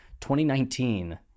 2019